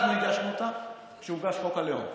אנחנו הגשנו אותה כשהוגש חוק הלאום.